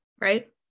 right